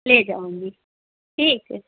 ले जाऊँगी ठीक है